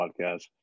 podcast